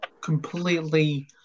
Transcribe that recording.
completely